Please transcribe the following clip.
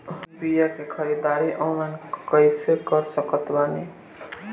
हम बीया के ख़रीदारी ऑनलाइन कैसे कर सकत बानी?